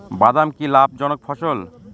বাদাম কি লাভ জনক ফসল?